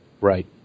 right